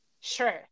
sure